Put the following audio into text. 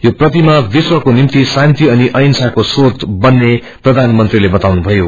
यो प्रतिया विश्वको निम्ति श्रान्ति अनि अहिँसाको श्रोत बन्ने प्रधानमंत्रीले बाताउनुम्यो